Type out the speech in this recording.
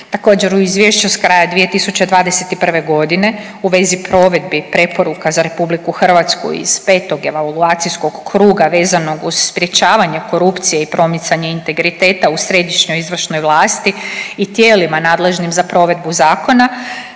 Također u izvješću s kraja 2021. godine u vezi provedbi preporuka za RH iz petog evaluacijskog kruga vezanog uz sprječavanje korupcije i promicanje integriteta u središnjoj izvršnoj vlasti i tijelima nadležnim za provedbu zakona